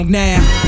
now